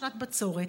שנת בצורת,